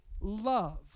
love